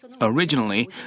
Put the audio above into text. Originally